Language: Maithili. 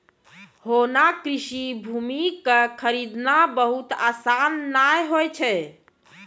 होना कृषि भूमि कॅ खरीदना बहुत आसान नाय होय छै